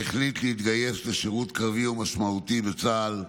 והחליט להתגייס לשירות קרבי ומשמעותי בצה"ל.